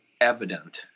evident